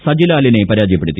സജിലാലിനെ പരാജയിപ്പെടുത്തി